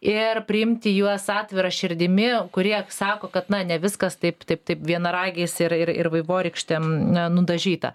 ir priimti juos atvira širdimi kurie sako kad na ne viskas taip taip vienaragiais ir ir ir vaivorykštėm a nudažyta